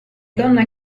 donna